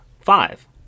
Five